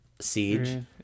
Siege